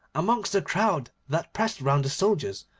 amongst the crowd that pressed round the soldiers,